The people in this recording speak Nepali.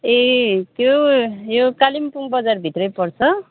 ए त्यो यो कालिम्पोङ बजारभित्रै पर्छ